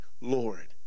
Lord